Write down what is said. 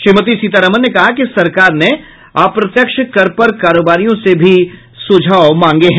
श्रीमती सीतारामन ने कहा कि सरकार ने अप्रत्यक्ष कर पर कारोबारियों से भी सुझाव मांगे हैं